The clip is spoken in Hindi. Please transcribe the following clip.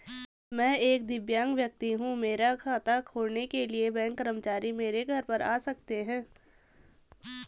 मैं एक दिव्यांग व्यक्ति हूँ मेरा खाता खोलने के लिए बैंक कर्मचारी मेरे घर पर आ सकते हैं?